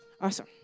Awesome